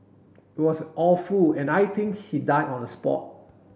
it was awful and I think he died on the spot